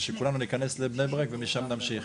ושכולנו ניכנס לבני ברק ומשם נמשיך.